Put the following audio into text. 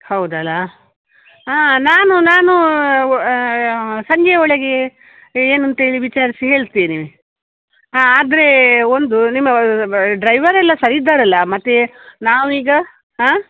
ಹೌದಲ್ಲಾ ಹಾಂ ನಾನು ನಾನೂ ಸಂಜೆ ಒಳಗೆ ಏನಂತೇಳಿ ವಿಚಾರಿಸಿ ಹೇಳ್ತೆನೆ ಹಾಂ ಆದರೆ ಒಂದು ನಿಮ್ಮ ಡ್ರೈವರ್ ಎಲ್ಲ ಸರಿ ಇದ್ದಾರಲ್ಲಾ ಮತ್ತು ನಾವೀಗ ಹಾಂ